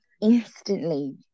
instantly